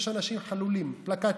יש אנשים חלולים, פלקטים,